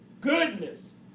goodness